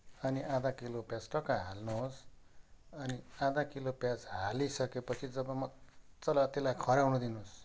अनि आधा किलो पियाज टक्क हाल्नुहोस् अनि आधा किलो पियाज हालिसकेपछि जब मजाले त्यसलाई खऱ्याउन दिनुहोस्